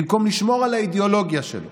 במקום לשמור על האידיאולוגיה שלו